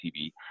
TV